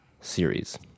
series